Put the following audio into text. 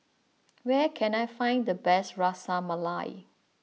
where can I find the best Ras Malai